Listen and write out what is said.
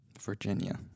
Virginia